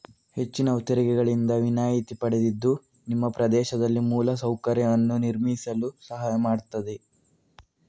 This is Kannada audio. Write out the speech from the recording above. ಹೆಚ್ಚಿನವು ತೆರಿಗೆಗಳಿಂದ ವಿನಾಯಿತಿ ಪಡೆದಿದ್ದು ನಿಮ್ಮ ಪ್ರದೇಶದಲ್ಲಿ ಮೂಲ ಸೌಕರ್ಯವನ್ನು ನಿರ್ಮಿಸಲು ಸಹಾಯ ಮಾಡ್ತದೆ